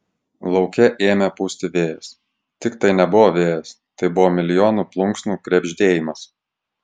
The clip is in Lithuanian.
lauke ėmė pūsti vėjas tik tai nebuvo vėjas tai buvo milijonų plunksnų krebždėjimas